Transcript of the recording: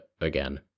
again